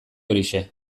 horixe